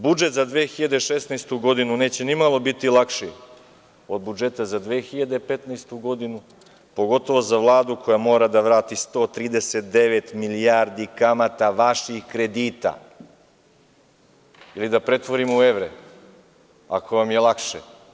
Budžet za 2016. godinu neće nimalo biti lakši od budžeta za 2015. godinu, pogotovo za Vladu koja mora da vrati 139 milijardi kamata vaših kredita, ili da pretvorimo u evre, ako vam je lakše.